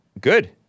good